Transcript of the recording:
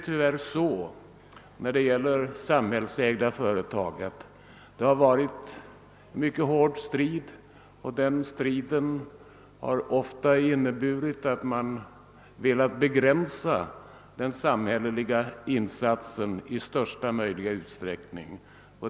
Tyvärr har det i fråga om samhällsägda företag stått en mycket hård strid; den striden har ofta inneburit, att man har velat begränsa den samhälleliga insatsen i största möjliga utsträckning.